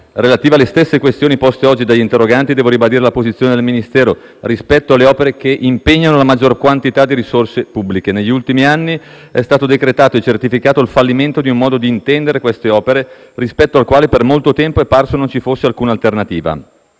relative alle stesse questioni poste oggi dagli interroganti, devo ribadire la posizione del Ministero rispetto alle opere che impiegano la maggior quantità di risorse pubbliche. Negli ultimi anni è stato decretato e certificato il fallimento di un modo di intendere queste opere, rispetto al quale per molto tempo è parso non ci fosse alcuna alternativa.